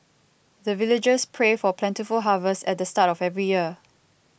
the villagers pray for plentiful harvest at the start of every year